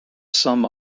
some